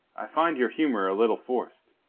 i find your humour a little forced.